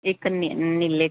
ਇੱਕ ਨੀ ਨੀਲੇ 'ਚ